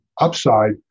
upside